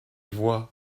voi